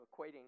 equating